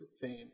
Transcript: fame